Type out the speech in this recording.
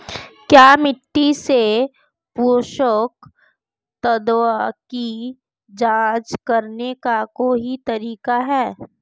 क्या मिट्टी से पोषक तत्व की जांच करने का कोई तरीका है?